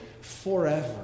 forever